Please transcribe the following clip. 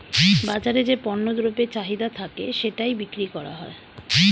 বাজারে যে পণ্য দ্রব্যের চাহিদা থাকে সেটাই বিক্রি করা হয়